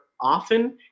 often